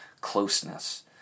closeness